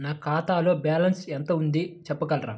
నా ఖాతాలో బ్యాలన్స్ ఎంత ఉంది చెప్పగలరా?